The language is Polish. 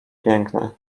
piękne